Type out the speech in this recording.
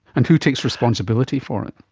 and who takes responsibility for it?